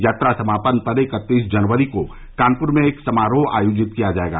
यात्रा समापन पर इकत्तीस जनवरी को कानपुर में एक समारोह आयोजित किया जायेगा